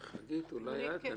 חגית, אולי את.